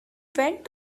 went